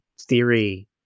theory